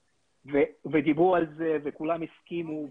ודיברו על זה וכולם הסכימו,